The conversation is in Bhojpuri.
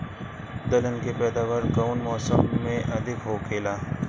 दलहन के पैदावार कउन मौसम में अधिक होखेला?